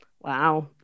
wow